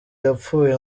yapfuye